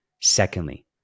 secondly